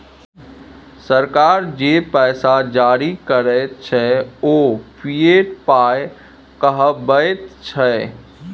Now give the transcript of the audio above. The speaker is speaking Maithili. सरकार जे पैसा जारी करैत छै ओ फिएट पाय कहाबैत छै